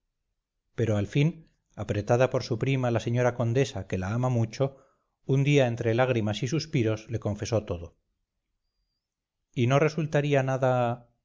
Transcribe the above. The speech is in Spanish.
pero al fin apretada por su prima la señora condesa que la ama mucho un día entre lágrimas y suspiros le confesó todo y no resultaría nada